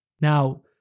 Now